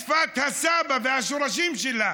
לשפת הסבא והשורשים שלה,